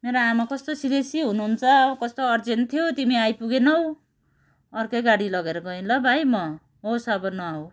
मेरो आमा कस्तो सिरेसी हुनुहुन्छ कस्तो अर्जेन्ट थियो तिमी आइपुगेनौँ अर्कै गाडी लगेर गएँ ल भाइ म होस् अब नआउ